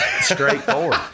Straightforward